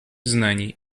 знаний